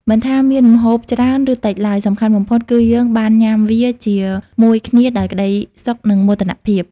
មិនថាមានម្ហូបច្រើន ឬតិចឡើយ សំខាន់បំផុតគឺយើងបានញ៉ាំវាជាមួយគ្នាដោយក្ដីសុខ និងមោទនភាព។